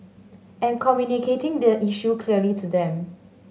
and communicating the issue clearly to them